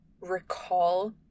recall